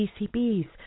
PCBs